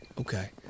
Okay